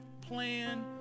plan